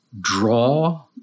draw